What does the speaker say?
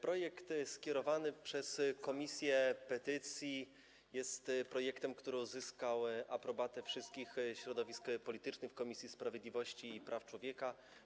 Projekt skierowany przez Komisję do Spraw Petycji jest projektem, który uzyskał aprobatę wszystkich środowisk politycznych w Komisji Sprawiedliwości i Praw Człowieka.